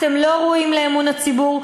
אתם לא ראויים לאמון הציבור,